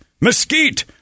mesquite